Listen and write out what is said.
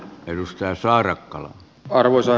arvoisa herra puhemies